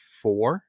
four